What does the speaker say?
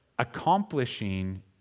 Accomplishing